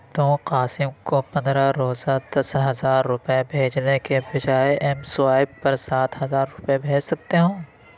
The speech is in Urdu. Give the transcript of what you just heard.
تم قاسم کو پندرہ روزہ دس ہزار روپے بھیجنے کے بجائے ایم سوائیپ پر سات ہزار روپے بھیج سکتے ہو